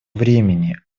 времени